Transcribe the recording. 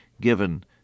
given